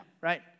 right